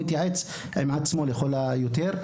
הוא התייעץ עם עצמו לכל היותר.